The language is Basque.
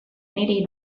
niri